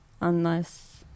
unless-